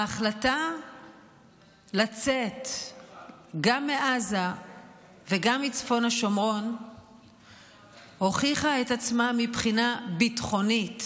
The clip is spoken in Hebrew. ההחלטה לצאת גם מעזה וגם מצפון השומרון הוכיחה את עצמה מבחינה ביטחונית.